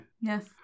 Yes